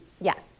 Yes